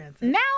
Now